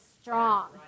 strong